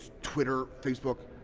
twitter, facebook